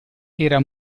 era